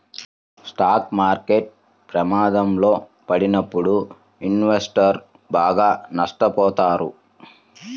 stock market ప్రమాదంలో పడినప్పుడు ఇన్వెస్టర్లు బాగా నష్టపోతారు